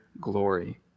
glory